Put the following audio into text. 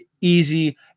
easy